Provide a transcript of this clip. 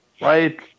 Right